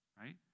right